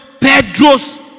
Pedro's